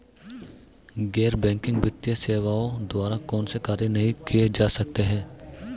गैर बैंकिंग वित्तीय सेवाओं द्वारा कौनसे कार्य नहीं किए जा सकते हैं?